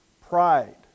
Pride